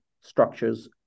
structures